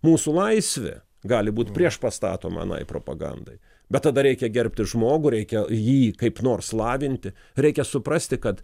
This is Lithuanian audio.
mūsų laisvė gali būt priešpastatoma anai propagandai bet tada reikia gerbti žmogų reikia jį kaip nors lavinti reikia suprasti kad